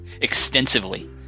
Extensively